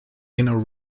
inner